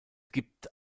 gibt